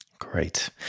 Great